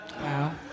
wow